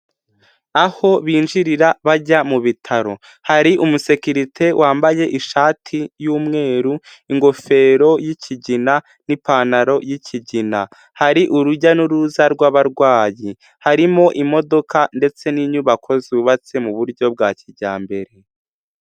Aho binjirira bajya mu bitaro, hari umusekirite wambaye ishati y'umweru, ingofero y'ikigina n'ipantaro y'ikigina, hari urujya n'uruza rw'abarwayi, harimo imodoka ndetse n'inyubako zubatse mu buryo bwa kijyambere.